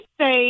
say